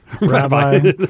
Rabbi